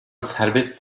serbest